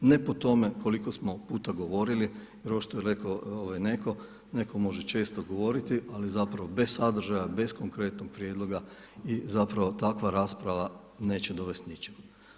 Ne po tome koliko smo puta govorili, jer ovo što je rekao netko, netko može često govoriti ali zapravo bez sadržaja, bez konkretnog prijedloga i zapravo takva rasprava neće dovesti ničemu.